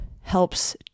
helps